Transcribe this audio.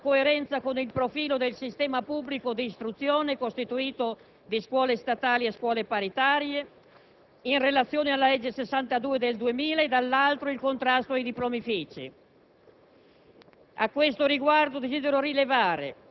In questo passaggio, colleghi, vi è, da un lato, la coerenza con il profilo del sistema pubblico di istruzione costituito di scuole statali e scuole paritarie in relazione alla legge n. 62 del 2000 e dall'altro il contrasto ai diplomifici.